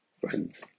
friends